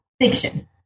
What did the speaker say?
fiction